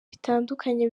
bitandukanye